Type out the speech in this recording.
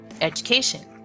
education